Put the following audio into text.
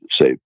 say